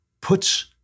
puts